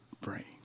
brain